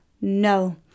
No